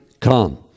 come